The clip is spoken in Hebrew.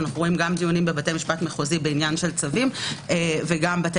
אנו רואים גם דיונים בבתי משפט מחוזי בעניין צווים וגם בתי